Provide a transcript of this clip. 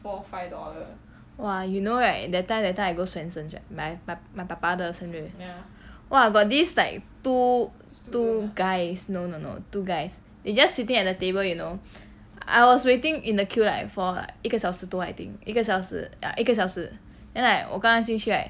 !wah! you know right that time that time I go swensens right my pa~ my papa 的生日 !wah! got this like two two guys no no no two guys they just sitting at a table you know I was waiting in a queue like for 一个小时多 like I think 一个小时 ya 一个小时 and like 我刚刚进去 right